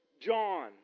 John